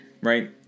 Right